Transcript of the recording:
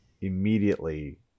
immediately